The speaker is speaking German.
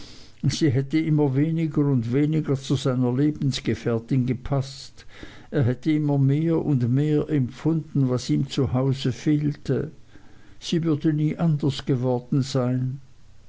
sie hätte immer weniger und weniger zu seiner lebensgefährtin gepaßt er hätte immer mehr und mehr empfunden was ihm zu hause fehlte sie würde nie anders geworden sein